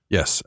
Yes